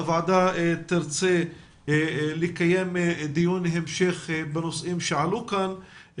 הוועדה תרצה לקיים דיון המשך בנושאים שעלו כאן,